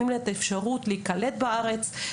את האפשרות להיקלט בארץ,